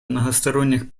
многосторонних